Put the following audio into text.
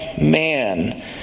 man